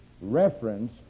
reference